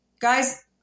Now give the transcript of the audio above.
Guys